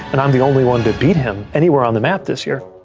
and i'm the only one to beat him anywhere on the map this year